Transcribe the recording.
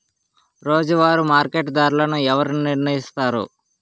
రోజువారి మార్కెట్ ధరలను ఎవరు నిర్ణయిస్తారు?